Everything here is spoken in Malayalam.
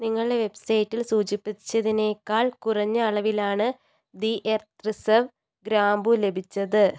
നിങ്ങളുടെ വെബ്സൈറ്റിൽ സൂചിപ്പിച്ചതിനേക്കാൾ കുറഞ്ഞ അളവിലാണ് ദി എർത്ത് റിസർവ് ഗ്രാമ്പൂ ലഭിച്ചത്